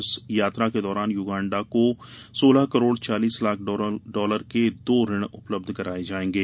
इस यात्रा के दौरान युगांडा को सोलह करोड़ चालीस लाख डॉलर के दो ऋण उपलब्ध कराए जाएंगे